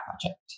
project